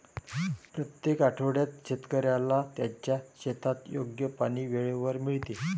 प्रत्येक आठवड्यात शेतकऱ्याला त्याच्या शेतात योग्य पाणी वेळेवर मिळते